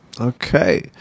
Okay